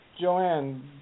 Joanne